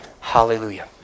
Hallelujah